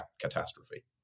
catastrophe